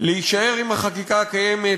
להישאר עם החקיקה הקיימת,